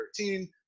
2013